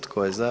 Tko je za?